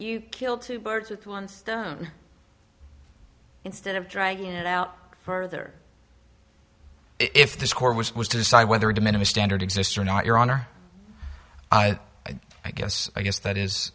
you kill two birds with one stone instead of dragging it out further if the score was was to decide whether the minimum standard exists or not your honor i guess i guess that is